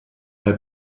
her